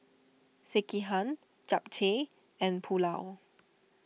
Sekihan Japchae and Pulao